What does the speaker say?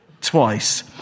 twice